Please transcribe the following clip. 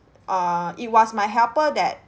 err it was my helper that